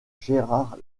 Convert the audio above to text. gerard